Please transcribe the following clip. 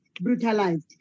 brutalized